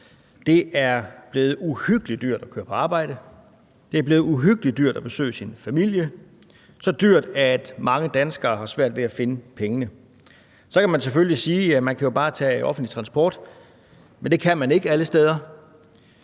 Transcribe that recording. Det er blevet uhyggelig dyrt at køre på arbejde. Det er blevet uhyggelig dyrt at besøge sin familie – så dyrt, at mange danskere har svært ved at finde pengene. Så kan man selvfølgelig sige, at man jo bare kan tage offentlig transport. Men det kan man ikke alle steder,